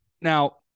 now